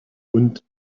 und